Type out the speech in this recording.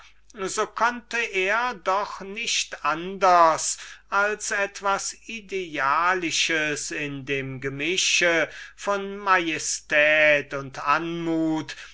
so konnte er doch nicht anders als etwas idealisches in dem gemische von majestät und anmut